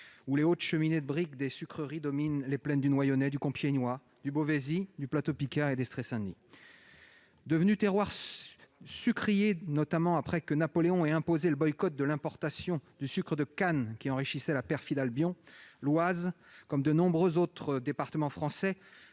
où les hautes cheminées de briques des sucreries dominent les plaines du Noyonnais, du Compiégnois, du Beauvaisis, du plateau picard et d'Estrées-Saint-Denis. Devenue terroir sucrier, notamment après que Napoléon eut imposé le boycott de l'importation du sucre de canne, qui enrichissait la perfide Albion, l'Oise, à l'instar de nombreux départements français,